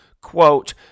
quote